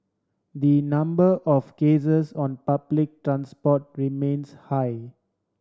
the number of cases on public transport remains high